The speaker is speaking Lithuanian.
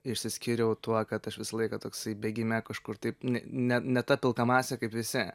išsiskyriau tuo kad aš visą laiką toksai bėgime kažkur taip ne ne ta pilka masė kaip visi